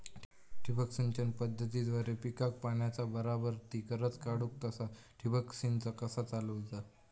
ठिबक सिंचन पद्धतीद्वारे पिकाक पाण्याचा बराबर ती गरज काडूक तसा ठिबक संच कसा चालवुचा?